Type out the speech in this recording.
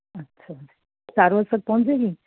ਅੱਛਾ ਅੱਛਾ ਚਾਰ ਵਜੇ ਤੱਕ ਪਹੁੰਚ ਜਾਏਗੀ